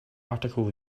article